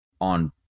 on